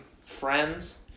friends